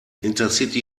intercity